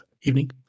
evening